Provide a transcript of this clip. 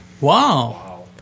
Wow